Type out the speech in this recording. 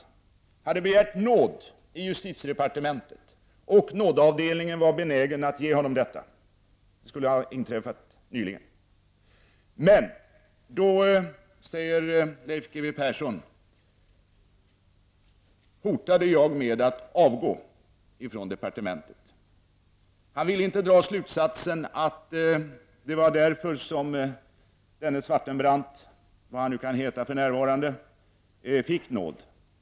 Svartenbrandt har inlämnat en nådeansökan till justitiedepartementet som nådeavdelningen var benägen att bifalla — detta skulle nyligen ha inträffat. Men då hotade Leif G W Persson med att avgå från sin tjänst på justitiedepartementet. Han ville inte dra slutsatsen att det var därför som Svartenbrandt fick nåd.